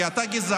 כי אתה גזען,